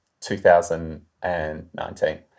2019